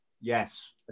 Yes